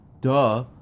Duh